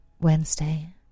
Wednesday